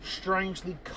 strangely